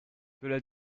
cela